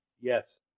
Yes